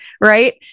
right